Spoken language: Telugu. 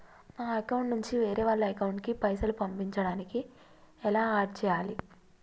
నా అకౌంట్ నుంచి వేరే వాళ్ల అకౌంట్ కి పైసలు పంపించడానికి ఎలా ఆడ్ చేయాలి?